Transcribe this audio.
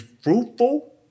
fruitful